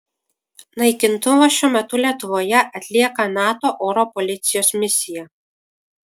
naikintuvas šiuo metu lietuvoje atlieka nato oro policijos misiją